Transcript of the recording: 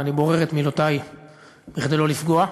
ואני בורר את מילותי כדי שלא לפגוע.